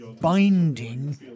binding